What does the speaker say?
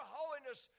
holiness